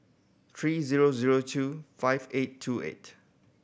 three zero zero two five eight two eight